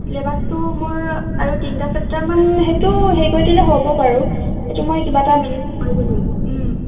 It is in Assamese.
চিলেবাছটো মোৰ আৰু তিনিটা ছেপ্টাৰমান সেইটো হেৰি কৰি দিলে হ'ব বাৰোঁ সেইটো মই কিবা এটা মেনেজ কৰিব লাগিব